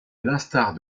l’instar